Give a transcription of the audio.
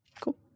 Cool